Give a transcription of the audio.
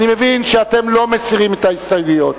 אני מבין שאתם לא מסירים את ההסתייגויות.